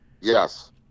Yes